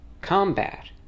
combat